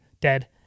dead